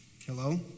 Hello